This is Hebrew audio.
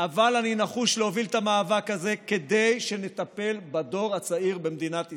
אבל אני נחוש להוביל את המאבק הזה כדי שנטפל בדור הצעיר במדינת ישראל,